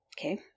Okay